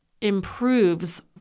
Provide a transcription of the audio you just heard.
improves